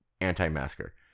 anti-masker